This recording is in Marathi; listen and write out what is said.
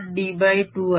d2 आहे